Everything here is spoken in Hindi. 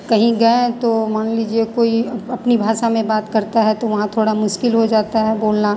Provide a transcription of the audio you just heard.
कहीं गए तो मान लीजिए कोई अपनी भाषा में बात करता है तो वहाँ थोड़ा मुश्किल हो जाता है बोलना